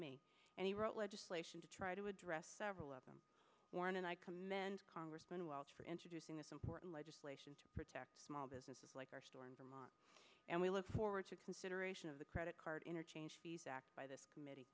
me and he wrote legislation to try to address several of them warn and i commend congressman welch for introducing this important legislation to protect small businesses like our store in vermont and we look forward to consideration of the credit card interchange fees backed by this committee